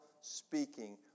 speaking